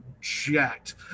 jacked